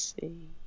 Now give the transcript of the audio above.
see